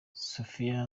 sophia